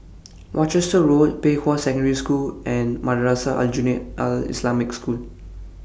Worcester Road Pei Hwa Secondary School and Madrasah Aljunied Al Islamic School